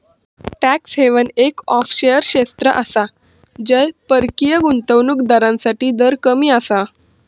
tax haven एक offshore क्षेत्र आसा जय परकीय गुंतवणूक दारांसाठी दर कमी आसा